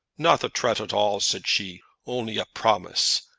not a tret at all, said she only a promise. ah,